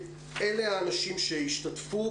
אלה האנשים שישתתפו,